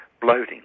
bloating